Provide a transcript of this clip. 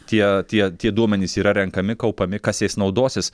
tie tie tie duomenys yra renkami kaupiami kas jais naudosis